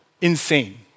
insane